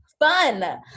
fun